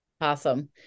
Awesome